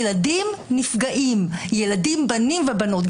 ילדים נפגעים, ילדים בנים ובנות.